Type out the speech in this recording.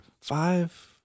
Five